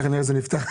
כך נראה שזה נפתר.